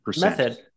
method